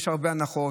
יש הרבה הנחות,